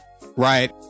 right